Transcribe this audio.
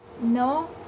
no